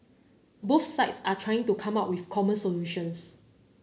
both sides are trying to come up with common solutions